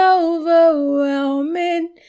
overwhelming